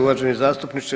Uvaženi zastupniče.